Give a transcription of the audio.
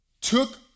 took